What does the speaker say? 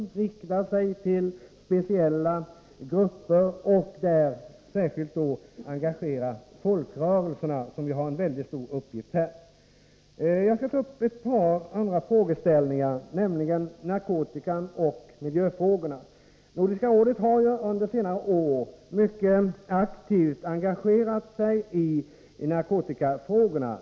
Man riktar sig till speciella grupper och försöker särskilt engagera folkrörelserna, som har en mycket stor uppgift i sammanhanget. Jag skall ta upp ett par andra frågeställningar, nämligen narkotikan och miljöfrågorna. Nordiska rådet har under senare år mycket aktivt engagerat sig i narkotikafrågorna.